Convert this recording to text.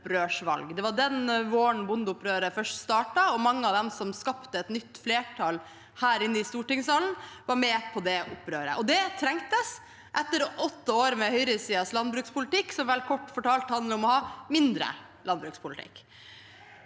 Det var den våren bondeopprøret først startet, og mange av dem som skapte et nytt flertall her i stortingssalen, var med på det opprøret. Det trengtes etter åtte år med høyresidens landbrukspolitikk, som vel kort fortalt handler om å ha mindre landbrukspolitikk.